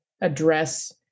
address